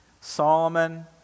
Solomon